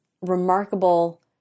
remarkable